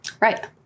Right